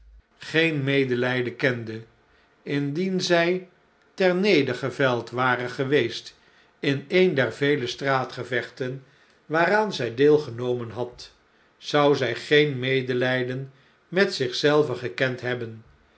geen medelijden kende indien zij ternedergeveld ware geweest in een der vele straatgevechten waaraan zij deelgenomen had zou zij geen medelijden met zich zelve gekend hebben